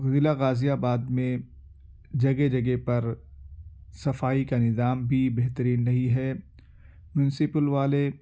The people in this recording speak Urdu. ضلع غازی آباد میں جگہ جگہ پر صفائی کا نظام بھی بہترین نہیں ہے منسیپل والے